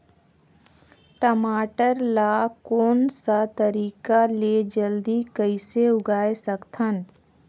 टमाटर ला कोन सा तरीका ले जल्दी कइसे उगाय सकथन?